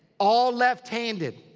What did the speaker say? all left-handed.